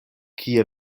kie